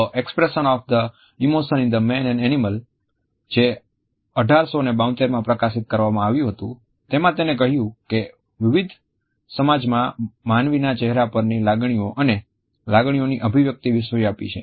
the expression of emotions in man and animals જે 1872માં પ્રકાશિત કરવામાં આવ્યુ હતુ તેમાં તેને કહ્યું કે વિવિધ સમાજમાં માનવીના ચહેરા પરની લાગણીઓ અને લાગણીઓની અભિવ્યક્તિ વિશ્વવ્યાપી છે